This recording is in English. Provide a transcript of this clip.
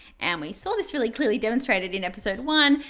and we saw this really clearly demonstrated in episode one,